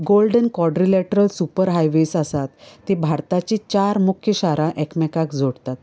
golden quadrilateral super highways आसात ती भारताची मुख्य चार शांरां एकामेकांक जोडटात